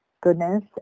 goodness